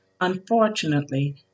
Unfortunately